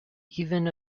even